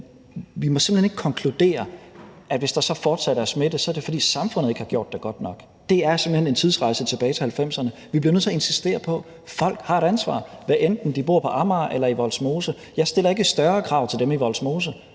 hen ikke konkludere, at hvis der så fortsat er smitte, er det, fordi samfundet ikke har gjort det godt nok. Det er simpelt hen en tidsrejse tilbage til 1990'erne. Vi bliver nødt til at insistere på, at folk har et ansvar, hvad enten de bor på Amager eller i Vollsmose. Jeg stiller ikke større krav til dem i Vollsmose